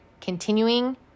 continuing